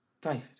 David